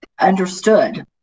understood